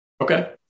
Okay